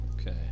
Okay